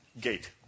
gate